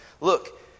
look